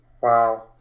Wow